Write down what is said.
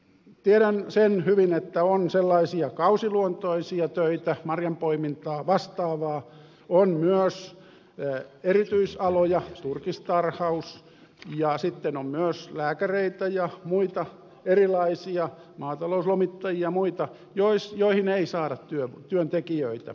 tiedän sen hyvin että on sellaisia kausiluonteisia töitä marjanpoimintaa ja vastaavaa on myös erityisaloja turkistarhaus ja sitten on myös lääkäreitä ja muita erilaisia maatalouslomittajia ja muita joihin ei saada työntekijöitä